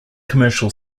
commercial